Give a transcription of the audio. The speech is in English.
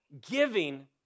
giving